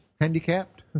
handicapped